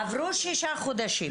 עברו שישה חודשים.